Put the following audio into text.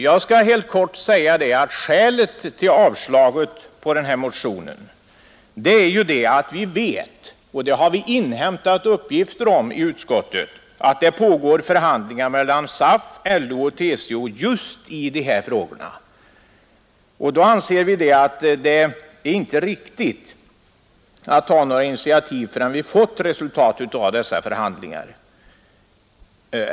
Jag vill helt kort säga att skälet till vårt avslagsyrkande på motionen är att vi vet — det har utskottet inhämtat uppgifter om — att det pågår förhandlingar mellan SAF, LO och TCO just i dessa frågor. Därför anser vi att det inte är riktigt att ta några initiativ förrän vi har fått se resultatet av dessa förhandlingar.